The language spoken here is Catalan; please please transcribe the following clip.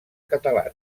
catalana